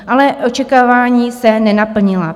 Ale očekávání se nenaplnila.